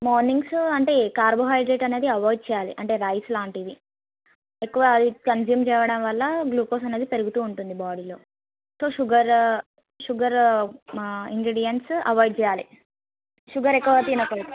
mornings అంటే carbohydrate అనేది avoid చేయాలి అంటే రైస్ లాంటివి ఎక్కువ అవి కన్స్యూమ్ చేయటం వల్ల గ్లూకోజ్ అనేది పెరుగుతూ ఉంటుంది బాడీలో so sugar sugar ingredients avoid చేయాలి షూగర్ ఎక్కువ తినకూ